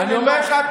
אני אומר לך,